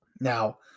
Now